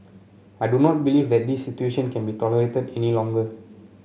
I do not believe that this situation can be tolerated any longer